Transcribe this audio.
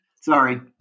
sorry